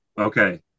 Okay